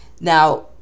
now